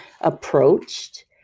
approached